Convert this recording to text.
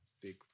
big